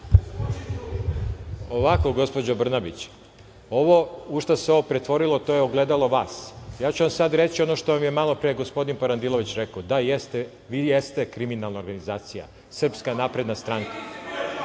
Polako, gospođo Brnabić. Ovo u šta se ovo pretvorilo, to je ogledalo vas. Ja ću vam sad reći ono što vam je malopre gospodin Parandilović rekao, da, jeste, vi jeste kriminalna organizacija, SNS. Da vam